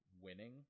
winning